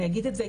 אני אגיד את זה,